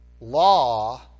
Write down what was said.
law